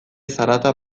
zarata